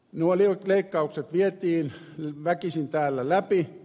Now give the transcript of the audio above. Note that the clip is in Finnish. nuo leikkaukset vietiin väkisin täällä läpi